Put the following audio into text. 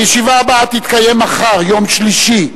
הישיבה הבאה תתקיים מחר, יום שלישי,